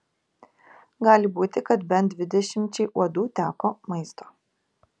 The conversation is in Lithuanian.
gali būti kad bent dvidešimčiai uodų teko maisto